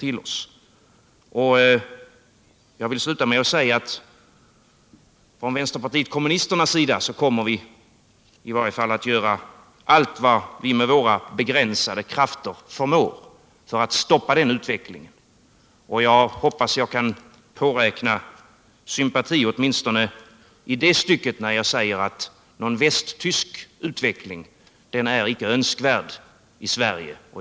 I varje fall från vänsterpartiet kommunisternas sida kommer vi att göra allt vad vi med våra begränsade krafter förmår för att stoppa den utvecklingen. Och jag hoppas att vi kan påräkna sympati åtminstone i det stycket när jag säger att någon västtysk utveckling inte är önskvärd i Sverige.